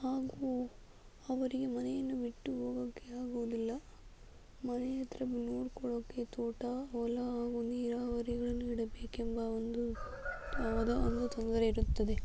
ಹಾಗೂ ಅವರಿಗೆ ಮನೆಯನ್ನು ಬಿಟ್ಟು ಹೋಗೋಕ್ಕೆ ಆಗುವುದಿಲ್ಲ ಮನೆಯತ್ರ ನೋಡಿಕೊಳ್ಳೋಕೆ ತೋಟ ಹೊಲ ಹಾಗೂ ನೀರಾವರಿಗಳನ್ನು ಇಡಬೇಕೆಂಬ ಒಂದು ಒಂದು ತೊಂದರೆ ಇರುತ್ತದೆ